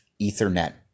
ethernet